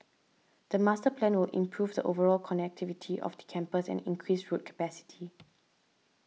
the master plan will improve the overall connectivity of the campus and increase road capacity